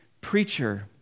preacher